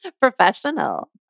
Professional